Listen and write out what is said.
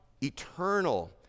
eternal